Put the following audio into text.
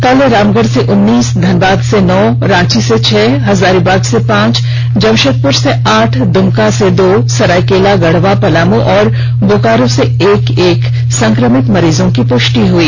कल रामगढ़ से उत्रीस धनबाद से नौ रांची से छह हजारीबाग से पांच जमषेदपुर से आठ दुमका से दो सरायकेला गढ़वा पलामू और बोकारो से एक एक संक्रमित मरीजों की पुष्टि हुई